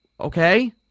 Okay